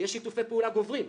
ישנם שיתופי פעולה גוברים,